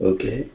Okay